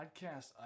podcast